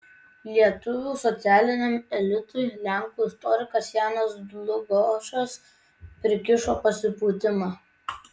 lietuvių socialiniam elitui lenkų istorikas janas dlugošas prikišo pasipūtimą